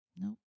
Nope